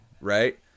right